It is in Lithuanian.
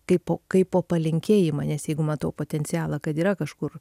kaipo kaipo palinkėjimą nes jeigu matau potencialą kad yra kažkur